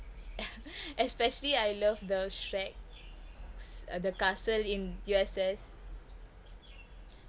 especially I love the shrek the castle in U_S_S